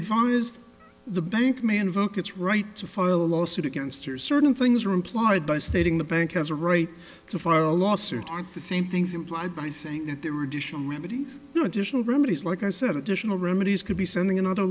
advised the bank may invoke its right to file a lawsuit against your certain things or implied by stating the bank has a right to file a lawsuit on the same things implied by saying that there were additional no additional remedies like i said additional remedies could be sending another